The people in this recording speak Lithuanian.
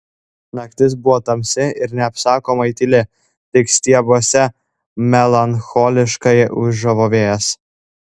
naktis buvo tamsi ir neapsakomai tyli tik stiebuose melancholiškai ūžavo vėjas